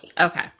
Okay